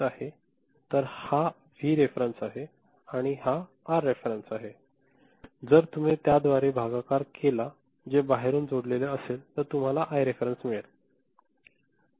तर हा V reference आहे आणि हा आर रेफेरेंस आहे जर तुम्ही त्यांच्याद्वारे भागाकार केला जे बाहेरून जोडलेले असेल तर तुम्हाला आय रेफेरेंस मिळेल